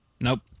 Nope